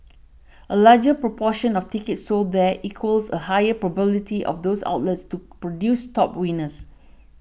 a larger proportion of tickets sold there equals a higher probability of those outlets to produce top winners